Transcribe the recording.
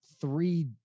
three